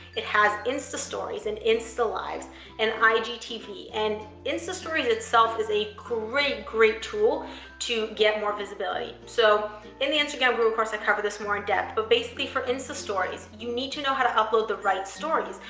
it has instastories and instalives and igtv. and instastories itself is a great, great tool to get more visibility. so in the instagram google course, i cover this more in-depth, but basically, for instastories, you need to know how to upload the right stories.